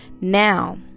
Now